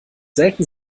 selten